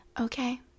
okay